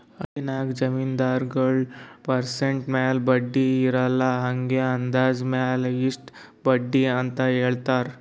ಹಳ್ಳಿನಾಗ್ ಜಮೀನ್ದಾರಗೊಳ್ ಪರ್ಸೆಂಟ್ ಮ್ಯಾಲ ಬಡ್ಡಿ ಇರಲ್ಲಾ ಹಂಗೆ ಅಂದಾಜ್ ಮ್ಯಾಲ ಇಷ್ಟ ಬಡ್ಡಿ ಅಂತ್ ಹೇಳ್ತಾರ್